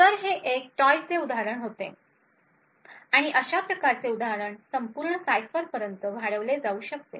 तर हे एक TOY उदाहरण होते आणि अशा प्रकारचे उदाहरण संपूर्ण सायफरपर्यंत वाढविले जाऊ शकते